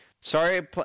Sorry